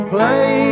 Play